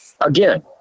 again